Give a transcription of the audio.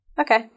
Okay